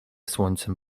słońcem